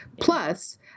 Plus